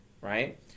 right